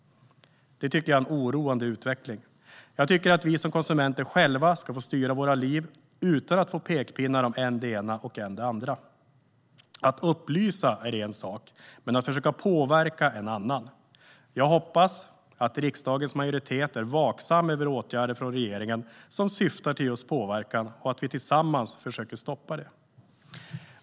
Det tycker jag är en oroande utveckling. Jag tycker att vi som konsumenter själva ska få styra våra liv utan att få pekpinnar om än det ena och än det andra. Att upplysa är en sak, men att försöka påverka är en annan sak. Jag hoppas att riksdagens majoritet är vaksam över åtgärder från regeringen som syftar till just påverkan och att vi tillsammans försöker stoppa det.